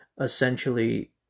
essentially